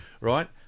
right